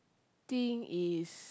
think is